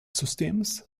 systems